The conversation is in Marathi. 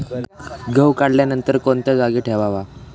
गहू काढल्यानंतर कोणत्या जागी ठेवावा?